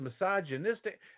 misogynistic